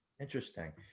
Interesting